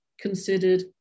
considered